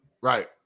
Right